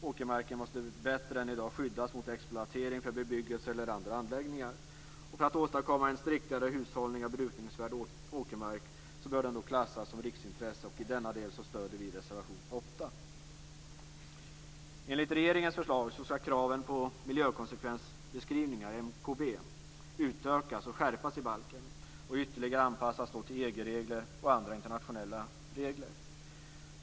Åkermarken måste bättre än i dag skyddas mot exploatering för bebyggelse eller andra anläggningar. För att åstadkomma en striktare hushållning av brukningsvärd åkermark bör den klassas som riksintresse, och i denna del stöder vi reservation 8. Enligt regeringens förslag skall kraven på miljökonsekvensbeskrivningar, MKB, utökas och skärpas i balken och ytterligare anpassas till EG-regler och andra internationella regler.